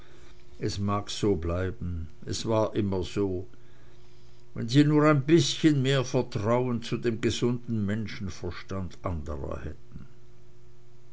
es mag so bleiben es war immer so wenn sie nur ein bißchen mehr vertrauen zu dem gesunden menschenverstand andrer hätten